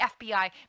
FBI